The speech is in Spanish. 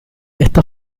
esta